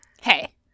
Hey